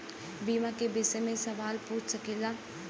बीमा के विषय मे सवाल पूछ सकीलाजा?